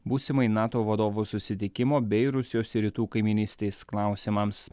būsimai nato vadovų susitikimo bei rusijos ir rytų kaimynystės klausimams